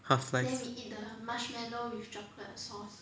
half size